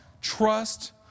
Trust